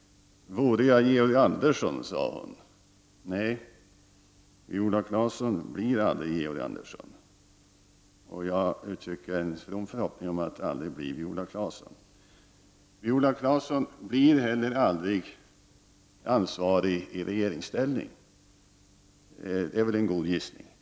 ”Vore jag Georg Andersson”, sade hon. Nej, Viola Claesson blir aldrig Georg Andersson. Och jag uttrycker en from förhoppning om att aldrig bli Viola Claesson. Viola Claesson blir heller aldrig ansvarig i regeringsställning — det är en god gissning.